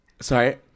Sorry